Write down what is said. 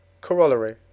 Corollary